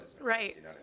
Right